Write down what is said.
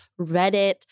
Reddit